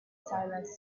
silence